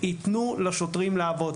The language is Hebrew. היא תנו לשוטרים לעבוד.